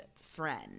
friend